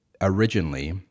Originally